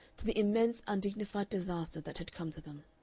to the immense undignified disaster that had come to them.